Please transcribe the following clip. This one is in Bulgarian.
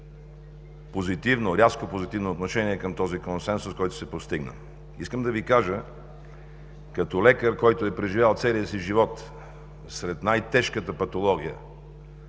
позитивно, рязко позитивно отношение към този консенсус, който се постигна. Искам да Ви кажа като лекар, който е преживял целия си живот сред най-тежката патология